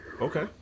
Okay